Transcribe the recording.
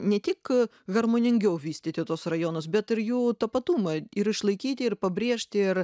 ne tik harmoningiau vystyti tuos rajonus bet ir jų tapatumą ir išlaikyti ir pabrėžti ir